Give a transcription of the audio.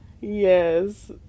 yes